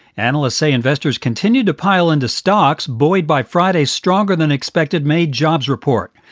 analysts say investors continued to pile into stocks buoyed by friday stronger than expected may jobs report.